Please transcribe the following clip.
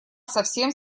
совсем